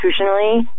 institutionally